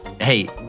hey